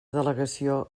delegació